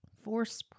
force